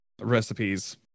recipes